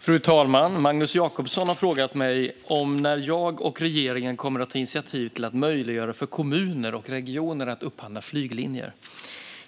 Fru talman! Magnus Jacobsson har frågat mig när jag och regeringen kommer att ta initiativ till att möjliggöra för kommuner och regioner att upphandla flyglinjer.